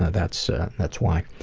ah that's that's why.